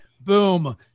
Boom